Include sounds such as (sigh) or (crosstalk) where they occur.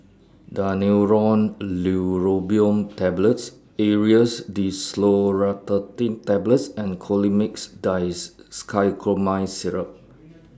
Daneuron Neurobion Tablets Aerius DesloratadineTablets and Colimix Dicyclomine Syrup (noise)